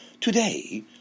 Today